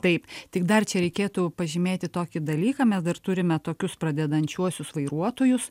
taip tik dar čia reikėtų pažymėti tokį dalyką mes dar turime tokius pradedančiuosius vairuotojus